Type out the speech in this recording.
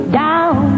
down